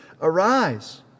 arise